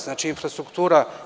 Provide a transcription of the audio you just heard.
Znači, infrastruktura.